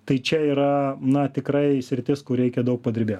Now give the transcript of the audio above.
tai čia yra na tikrai sritis kur reikia daug padirbėt